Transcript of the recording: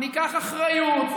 ניקח אחריות,